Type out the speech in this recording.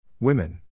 Women